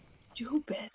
Stupid